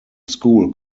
school